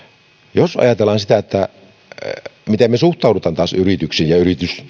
jos ajatellaan sitä miten me suhtaudumme taas yrityksiin ja